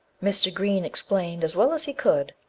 mr. green explained as well as he could.